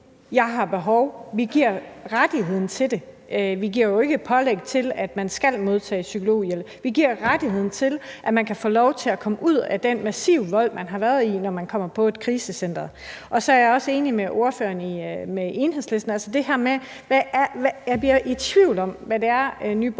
Jeg har behov for det. Vi giver rettigheden til det; vi giver jo ikke et pålæg om, at man skal modtage psykologhjælp – vi giver rettigheden til, at man kan få lov til at komme ud af den massive vold, man har været i, når man kommer på et krisecenter. Og så er jeg også enig med ordføreren for Enhedslisten, men jeg bliver i tvivl om, hvad det er, Nye